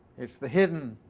it's the hidden